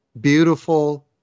beautiful